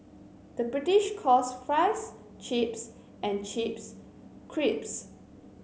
the British calls fries chips and chips crisps